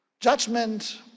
Judgment